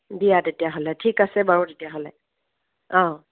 দিয়া তেতিয়াহ'লে ঠিক আছে বাৰু তেতিয়াহ'লে অঁ